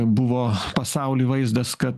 buvo pasauly vaizdas kad